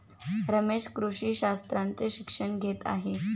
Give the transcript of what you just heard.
रमेश कृषी शास्त्राचे शिक्षण घेत आहे